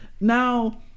Now